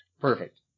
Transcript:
Perfect